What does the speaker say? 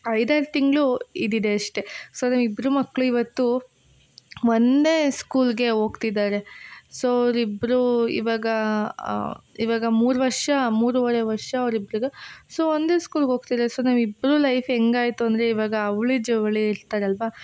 ಐದಾರು ತಿಂಗಳು ಇದು ಇದೆ ಅಷ್ಟೇ ಸೊ ನಮ್ಮ ಇಬ್ಬರು ಮಕ್ಳೂ ಇವತ್ತು ಒಂದೇ ಸ್ಕೂಲ್ಗೆ ಹೋಗ್ತಿದ್ದಾರೆ ಸೋ ಅವ್ರಿಬ್ರೂ ಇವಾಗ ಇವಾಗ ಮೂರು ವರ್ಷ ಮೂರುವರೆ ವರ್ಷ ಅವ್ರಿಬ್ರಿಗು ಸೊ ಒಂದೇ ಸ್ಕೂಲ್ಗೆ ಹೋಗ್ತಿದಾರ್ ಸೊ ನಮ್ಮಿಬ್ರ ಲೈಫ್ ಹೆಂಗಾಯ್ತು ಅಂದ್ರೆ ಇವಾಗ ಅವಳಿ ಜವಳಿ ಇರ್ತದಲ್ಲವ